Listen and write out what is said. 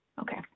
Okay